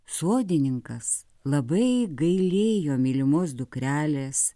sodininkas labai gailėjo mylimos dukrelės